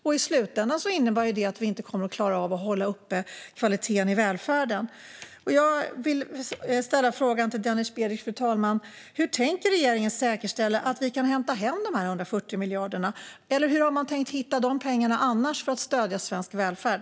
I slutändan innebär det att vi inte kommer att klara av att hålla uppe kvaliteten i välfärden. Jag vill ställa frågan till Denis Begic, fru talman: Hur tänker regeringen säkerställa att vi kan hämta hem de 140 miljarderna? Hur har man annars tänkt hitta de pengarna för att stödja svensk välfärd?